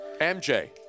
MJ